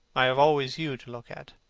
i have always you to look at.